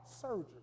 surgery